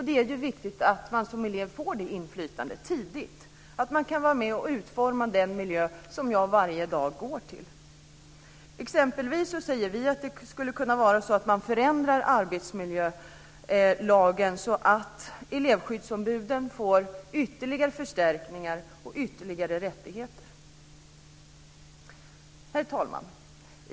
Det är viktigt att man som elev får det inflytandet tidigt och att man kan vara med och utforma den miljö som man går till varje dag. Vi föreslår exempelvis att arbetsmiljölagen skulle kunna förändras så att elevskyddsombuden får ytterligare förstärkningar och ytterligare rättigheter. Herr talman!